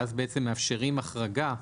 ואז בעצם מאפשרים החרגה,